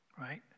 right